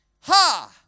ha